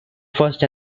first